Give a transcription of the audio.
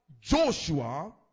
joshua